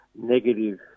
negative